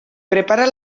prepara